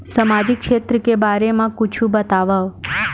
सामजिक क्षेत्र के बारे मा कुछु बतावव?